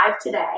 today